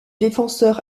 défenseur